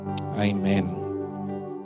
Amen